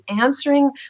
answering